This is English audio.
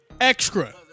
Extra